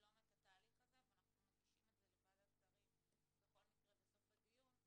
לבלום תהליך זה ואנחנו מגישים את זה לוועדת שרים בכל מקרה בסוף הדיון,